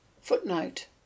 Footnote